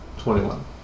Twenty-one